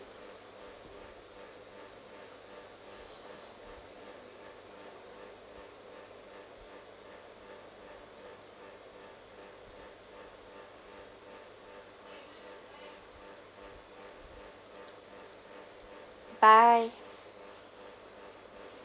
bye